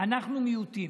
אנחנו מיעוטים.